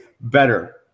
better